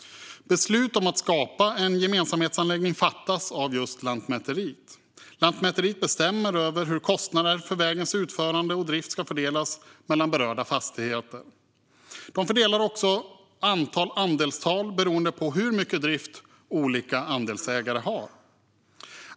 Beslut om att skapa en gemensamhetsanläggning fattas av Lantmäteriet. Lantmäteriet bestämmer över hur kostnader för vägens utförande och drift ska fördelas mellan berörda fastigheter. De fördelar också ett antal andelstal beroende på hur mycket drift olika andelsägare har.